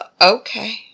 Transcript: okay